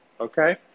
Okay